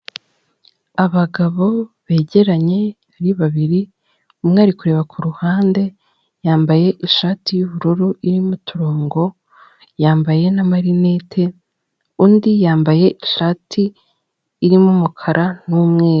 Abagabo begeranye ari babiri umwe ari kureba ku ruhande yambaye ishati y'ubururu irimo uturongo yambaye n'amarinete, undi yambaye ishati irimo umukara n'umweru.